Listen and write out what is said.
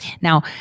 Now